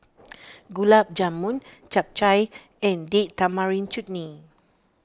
Gulab Jamun Japchae and Date Tamarind Chutney